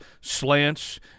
slants